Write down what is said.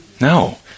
No